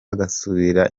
agasubira